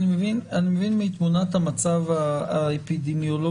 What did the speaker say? אילנה, אני מבין מתמונת המצב האפידמיולוגית.